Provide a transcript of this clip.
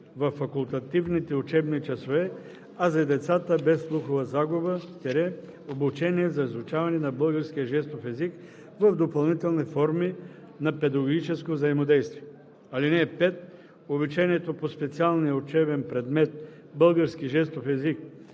във факултативните учебни часове, а за децата без слухова загуба – обучение за изучаване на българския жестов език в допълнителни форми на педагогическо взаимодействие. (5) Обучението по специалния учебен предмет български жестов език